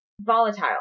volatile